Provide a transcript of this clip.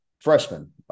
freshman